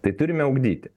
tai turime ugdyti